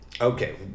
Okay